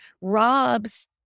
robs